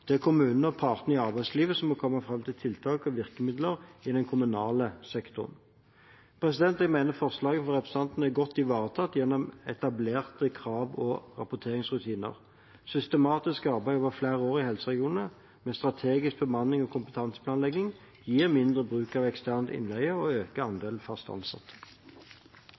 og partene i arbeidslivet som må komme fram til tiltak og virkemidler i den kommunale sektoren. Jeg mener forslaget fra representantene er godt ivaretatt gjennom etablerte krav og rapporteringsrutiner. Systematisk arbeid over flere år i helseregionene med strategisk bemannings- og kompetanseplanlegging gir mindre bruk av ekstern innleie og øker andelen fast ansatte.